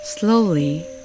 Slowly